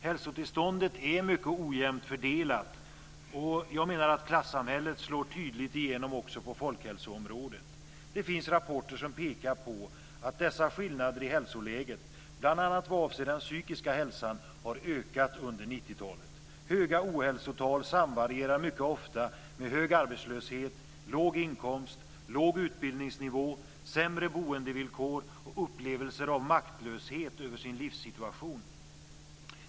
Hälsotillståndet har en mycket ojämn fördelning, och jag menar att klassamhället tydligt slår igenom också på folkhälsoområdet. Det finns rapporter som pekar på att dessa skillnader i hälsoläget, bl.a. vad avser den psykiska hälsan, har ökat under 90-talet. Höga ohälsotal samvarierar mycket ofta med hög arbetslöshet, låg inkomst, låg utbildningsnivå, sämre boendevillkor och upplevelser av maktlöshet i livssituationen.